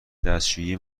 دستشویی